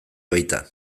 baita